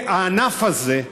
הענף הזה,